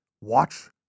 watch